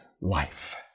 life